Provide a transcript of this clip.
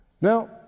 Now